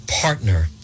partner